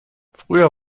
früher